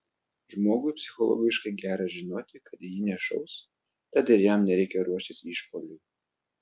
žmogui psichologiškai gera žinoti kad į jį nešaus tad ir jam nereikia ruoštis išpuoliui